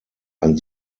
ein